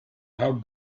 how